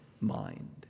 mind